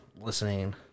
listening